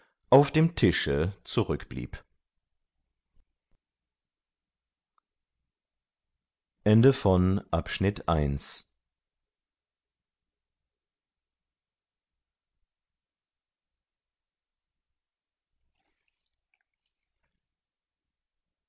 auf dem tische zurückblieb